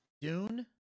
Dune